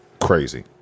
Crazy